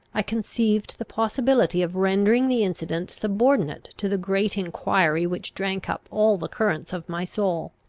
i conceived the possibility of rendering the incident subordinate to the great enquiry which drank up all the currents of my soul.